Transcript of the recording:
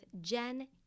Jen